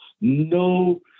no